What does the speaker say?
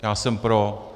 Já jsem pro.